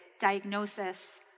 diagnosis